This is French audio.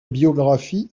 biographie